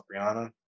Brianna